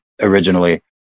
originally